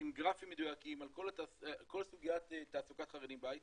עם גרפים מדויקים על כל סוגיית תעסוקת חרדים בהייטק.